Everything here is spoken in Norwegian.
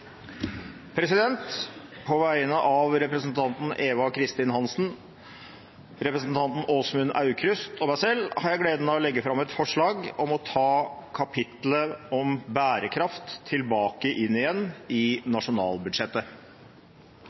På vegne av stortingsrepresentantene Eva Kristin Hansen, Åsmund Aukrust og meg selv har jeg gleden av å legge fram et forslag om å videreutvikle indikatorene for bærekraftig utvikling. Forslaget vil bli behandlet på reglementsmessig måte. Dette må være den lengste tittelen i